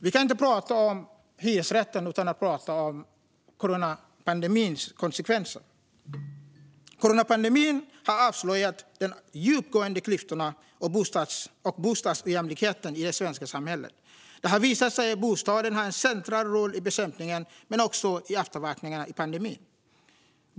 Vi kan inte prata om hyresrätten utan att prata om coronapandemins konsekvenser. Coronapandemin har avslöjat de djupgående klyftorna och bostadsojämlikheten i det svenska samhället. Det har visat sig att bostaden har en central roll i bekämpningen men också i efterverkningarna av pandemin.